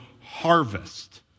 harvest